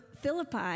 Philippi